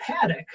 Paddock